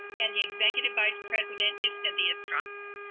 and the executive vice president is cynthia strassman.